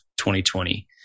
2020